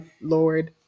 Lord